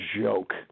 joke